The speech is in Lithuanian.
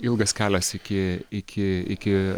ilgas kelias iki iki iki